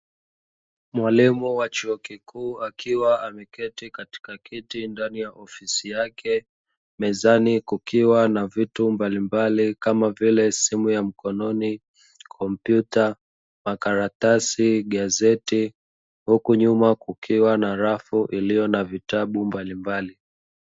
Mwalimu wa chuo kikuu akiwa ameketi katika kiti ndani ya ofisi yake. Mezani kukiwa na vitu mbalimbali kama: vile simu ya mkononi, kompyuta, makaratasi, gazeti; huku nyuma kukiwa na rafu iliyo na vitabu mbalimbali.